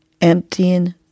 emptying